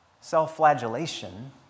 self-flagellation